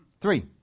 Three